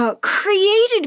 created